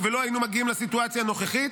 ולא היינו מגיעים לסיטואציה הנוכחית.